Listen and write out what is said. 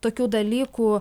tokių dalykų